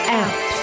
out